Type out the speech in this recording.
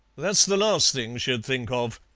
that's the last thing she'd think of.